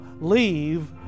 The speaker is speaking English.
leave